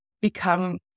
become